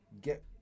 get